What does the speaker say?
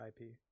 IP